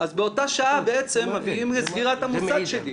אז באותה שעה בעצם מביאים לסגירת המוסד שלי,